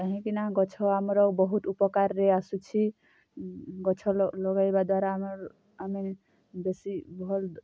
କାହିଁକିନା ଗଛ ଆମର ବହୁତ ଉପକାର୍ରେ ଆସୁଛି ଗଛ ଲଗେଇବା ଦ୍ୱାରା ଆମର୍ ଆମେ ବେଶୀ ଭଲ